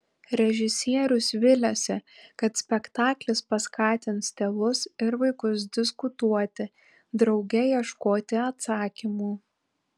režisierius viliasi kad spektaklis paskatins tėvus ir vaikus diskutuoti drauge ieškoti atsakymų